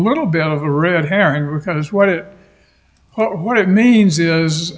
little bit of a river herring because what it what it means is